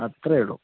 അത്രേയുള്ളൂ